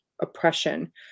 oppression